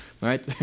right